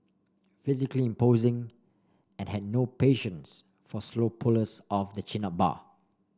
physically imposing and had no patience for slow pullers of the chin up bar